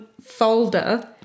folder